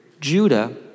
Judah